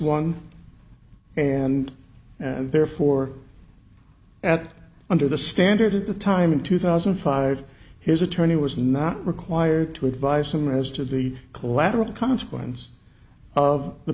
one and therefore at under the standard at the time in two thousand and five his attorney was not required to advise him as to the collateral consequence of the